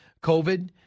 COVID